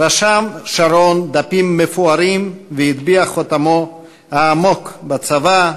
רשם שרון דפים מפוארים והטביע חותמו העמוק בצבא,